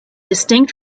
distinct